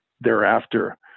thereafter